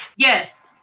yes.